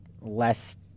less